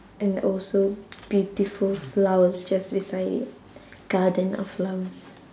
and also beautiful flowers just beside it garden of flowers